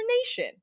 Nation